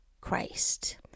Christ